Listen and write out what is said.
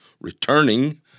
returning